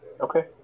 Okay